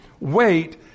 wait